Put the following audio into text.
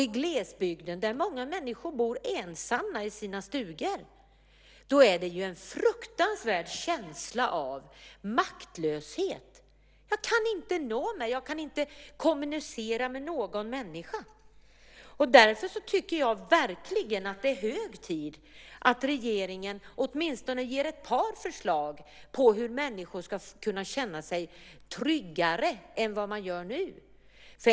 I glesbygden där många bor ensamma i sina stugor är det en fruktansvärd känsla av maktlöshet. Man kan inte nå mig. Jag kan inte kommunicera med någon människa. Jag tycker att det är hög tid att regeringen ger åtminstone ett par förslag på hur människor ska kunna känna sig tryggare än vad man gör nu.